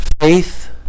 Faith